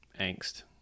angst